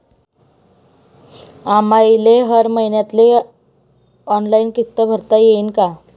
आम्हाले हर मईन्याले ऑनलाईन किस्त भरता येईन का?